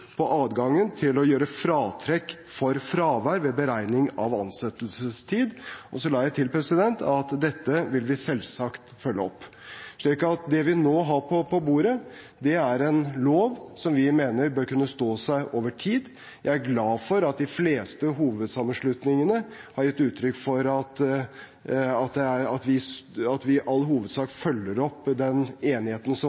på adgangen til å gjøre fratrekk for fravær ved beregning av ansettelsestid. Så la jeg til at dette vil vi selvsagt følge opp. Det vi nå har på bordet, er en lov som vi mener bør kunne stå seg over tid. Jeg er glad for at de fleste hovedsammenslutningene har gitt uttrykk for at vi i all hovedsak følger opp den enigheten som var i